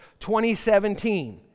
2017